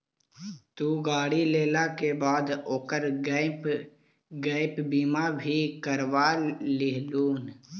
तु गाड़ी लेला के बाद ओकर गैप बीमा भी करवा लियहून